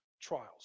trials